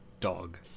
dog